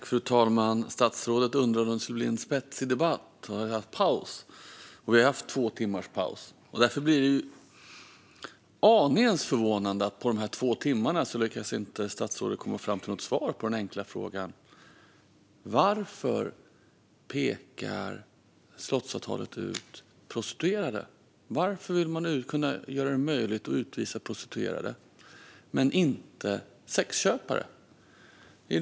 Fru talman! Statsrådet undrade om det skulle bli en spänstig debatt efter pausen. Vi har haft två timmars paus. Därför blir det en aning förvånande att statsrådet på dessa två timmar inte lyckats komma fram till något svar på den enkla frågan varför slottsavtalet pekar ut prostituerade. Varför vill man göra det möjligt att utvisa prostituerade men inte sexköpare?